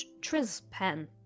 trispan